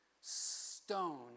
stone